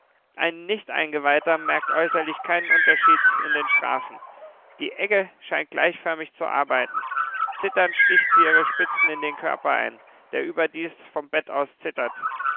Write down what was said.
ein nichteingeweihter merkt äußerlich keinen unterschied in den strafen die egge scheint gleichförmig zu arbeiten zitternd sticht sie ihre spitzen in den körper ein der überdies vom bett aus